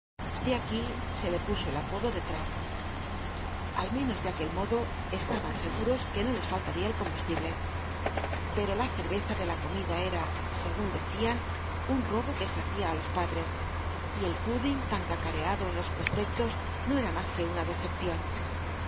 de hiiií se le p el apodo de truc al menos de aquel modo estaban seguros l uc no les faltal'ia el combustible jll'r'o la cerveza de la conaida cra un robo que se hacia ü lo padres y el pmldiii j t tn cacareado en los wospcclos no era mas que una dccepcion